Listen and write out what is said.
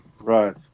Right